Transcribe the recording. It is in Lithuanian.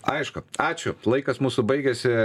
aišku ačiū laikas mūsų baigėsi